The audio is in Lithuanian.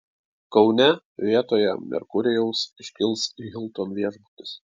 kaune vietoje merkurijaus iškils hilton viešbutis